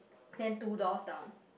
then two doors down